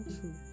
true